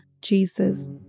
Jesus